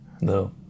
no